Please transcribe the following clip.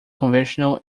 conventional